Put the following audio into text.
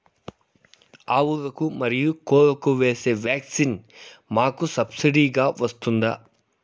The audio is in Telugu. ఆవులకు, మరియు కోళ్లకు వేసే వ్యాక్సిన్ మాకు సబ్సిడి గా వస్తుందా?